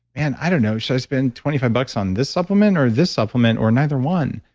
man, i don't know, should i spend twenty five bucks on this supplement or this supplement or neither one,